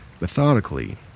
methodically